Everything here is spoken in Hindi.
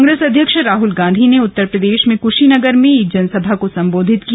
कांग्रेस अध्यक्ष राहल गांधी ने उत्तर प्रदेश के कृशीनगर में जनसभा को सम्बोधित किया